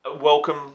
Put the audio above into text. welcome